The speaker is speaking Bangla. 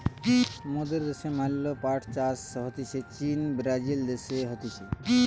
মোদের দ্যাশে ম্যালা পাট চাষ হতিছে চীন, ব্রাজিল দেশে হতিছে